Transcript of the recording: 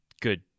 good